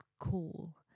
Cool